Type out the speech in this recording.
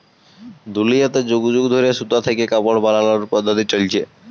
দুলিয়াতে যুগ যুগ ধইরে সুতা থ্যাইকে কাপড় বালালর পদ্ধতি চইলছে